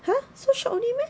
!huh! so shall only meh